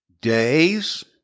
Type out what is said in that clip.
Days